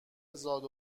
زاد